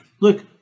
look